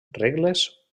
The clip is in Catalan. regles